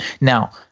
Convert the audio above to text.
Now